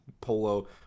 polo